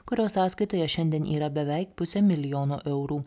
kurio sąskaitoje šiandien yra beveik pusė milijono eurų